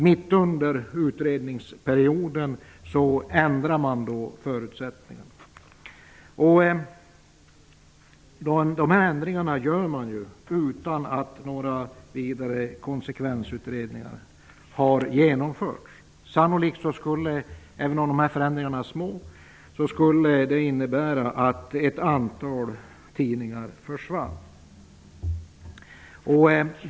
Mitt under utredningsperioden ändrar man förutsättningarna. Man gör ändringar utan att några konsekvensutredningar har genomförts. Även om förändringarna är små skulle de innebära att ett antal tidningar försvinner.